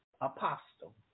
Apostle